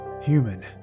human